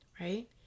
right